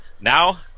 Now